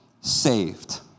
saved